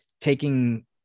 taking